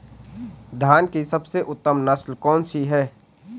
धान की सबसे उत्तम नस्ल कौन सी है?